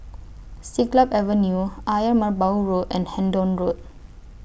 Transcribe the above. Siglap Avenue Ayer Merbau Road and Hendon Road